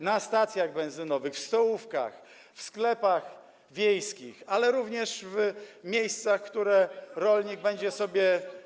na stacjach benzynowych, w stołówkach, w sklepach wiejskich, ale również w miejscach, które będzie sobie.